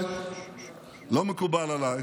לא מקובל עליי